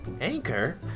Anchor